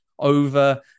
over